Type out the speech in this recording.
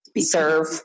serve